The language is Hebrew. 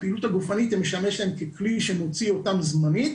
הפעילות הגופנית משמשת להם ככלי שמוציא אותם זמנית